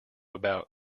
about